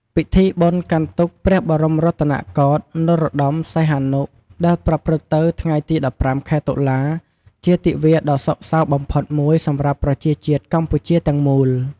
ពិធីបុណ្យកាន់ទុក្ខ ព្រះបរមរតនកោដ្ឋ នរោត្តម សីហនុ ដែលប្រព្រឹត្តទៅថ្ងៃទី ១៥ ខែ តុលា ជាទិវាដ៏សោកសៅបំផុតមួយសម្រាប់ប្រជាជាតិកម្ពុជាទាំងមូល។